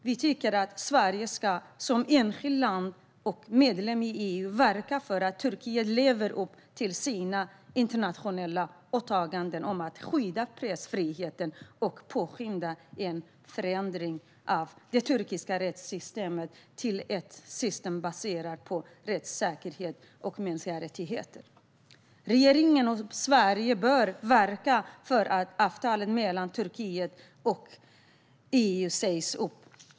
Vi tycker att Sverige som enskilt land och som medlem i EU ska verka för att Turkiet lever upp till sina internationella åtaganden om att skydda pressfriheten och påskynda en förändring av det turkiska rättssystemet till ett system baserat på rättssäkerhet och mänskliga rättigheter. Regeringen och Sverige bör verka för att avtalet mellan EU och Turkiet sägs upp.